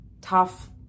tough